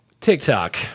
TikTok